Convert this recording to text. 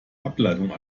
ableitung